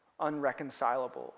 unreconcilable